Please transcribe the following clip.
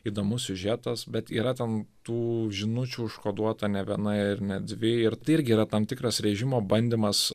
įdomus siužetas bet yra ten tų žinučių užkoduota ne viena ir ne dvi ir tai irgi yra tam tikras režimo bandymas